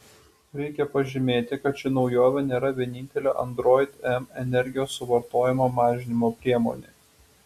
reikia pažymėti kad ši naujovė nėra vienintelė android m energijos suvartojimo mažinimo priemonė